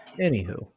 anywho